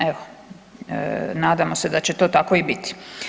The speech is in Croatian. Evo nadam se da će to tako i biti.